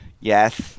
Yes